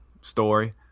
story